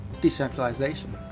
Decentralization